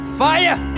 fire